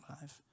life